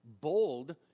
bold